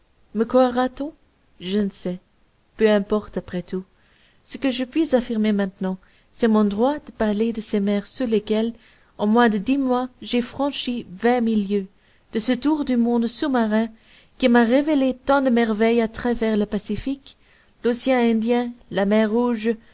me croira-t-on je ne sais peu importe après tout ce que je puis affirmer maintenant c'est mon droit de parler de ces mers sous lesquelles en moins de dix mois j'ai franchi vingt mille lieues de ce tour du monde sous-marin qui m'a révélé tant de merveilles à travers le pacifique l'océan indien la mer rouge